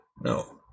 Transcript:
No